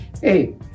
hey